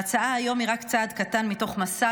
ההצעה היום היא רק צעד קטן מתוך מסע